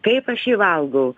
kaip aš jį valgau